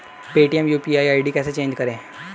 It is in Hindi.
पेटीएम यू.पी.आई आई.डी कैसे चेंज करें?